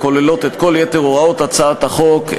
הכוללים את כל יתר הוראות הצעת החוק,